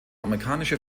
amerikanische